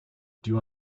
you